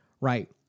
Right